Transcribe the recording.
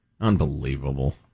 unbelievable